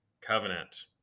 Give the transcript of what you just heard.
covenant